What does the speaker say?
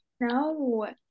no